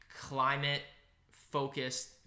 climate-focused